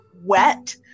wet